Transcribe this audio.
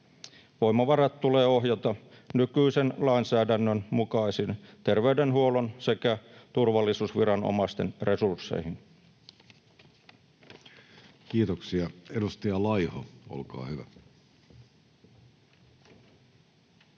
Voimavarat tulee ohjata nykyisen lainsäädännön mukaisiin terveydenhuollon sekä turvallisuusviranomaisten resursseihin. Kiitoksia. — Edustaja Laiho, olkaa hyvä.